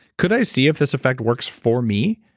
could i see if this effect works for me?